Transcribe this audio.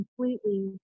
completely